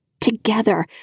Together